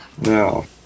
No